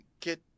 get